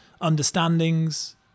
understandings